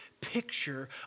picture